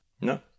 No